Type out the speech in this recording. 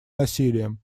насилием